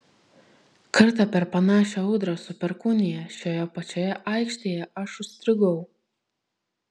kartą per panašią audrą su perkūnija šioje pačioje aikštėje aš užstrigau